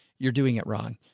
you're doing it wrong.